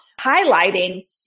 highlighting